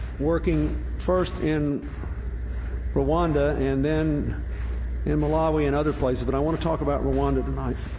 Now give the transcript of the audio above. working first in rwanda and then in malawi and other places but i want to talk about rwanda tonight